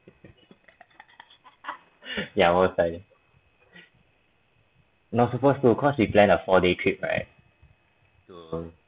yeah no supposed to cause we plan a four day trip right to